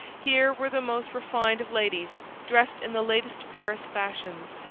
here were the most refined of ladies, dressed in the latest paris fashions,